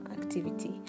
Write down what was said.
activity